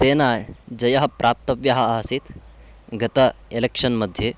तेन जयः प्राप्तव्यः आसीत् गत एलेक्षन् मध्ये